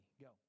Go